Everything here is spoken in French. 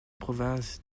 province